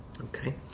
Okay